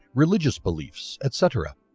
religious beliefs etc.